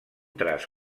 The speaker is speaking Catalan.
traç